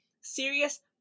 serious